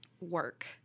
work